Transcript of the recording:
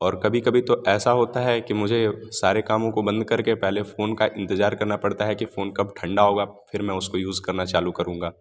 और कभी कभी तो ऐसा होता है कि मुझे सारे कामों को बंद करके पहले फ़ोन का इंतज़ार करना पड़ता है कि फ़ोन कब ठंडा होगा फ़िर मैं उसको यूज़ करना चालू करूँगा